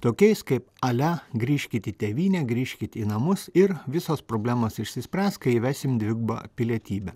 tokiais kaip ale grįžkit į tėvynę grįžkit į namus ir visos problemos išsispręs kai įvesim dvigubą pilietybę